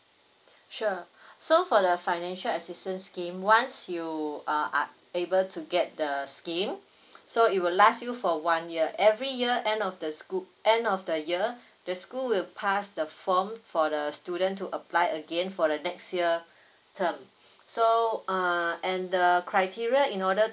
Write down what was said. sure so for the financial assistance scheme once you err are able to get the scheme so it will last you for one year every year end of the school end of the year the school will pass the form for the student to apply again for the next year term so err and the criteria in order